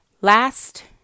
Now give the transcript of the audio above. Last